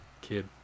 kid